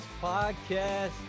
podcast